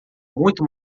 muito